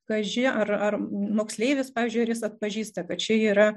kaži ar ar moksleivis povyzdžiui ar jis atpažįsta kad čia yra